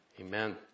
amen